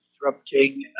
disrupting